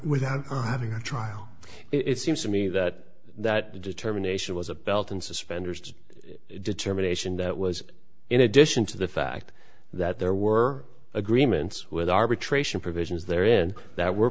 without having a trial it seems to me that that determination was a belt and suspenders to determination that was in addition to the fact that there were agreements with arbitration provisions there in that were